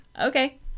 Okay